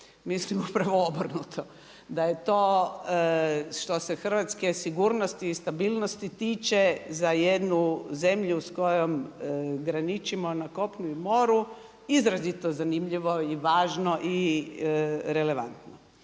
Mislim upravo obrnuto da je to što se hrvatske sigurnosti i stabilnosti tiče za jednu zemlju s kojom graničimo na kopnu i moru izrazito zanimljivo i važno i relevantno.